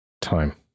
time